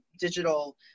digital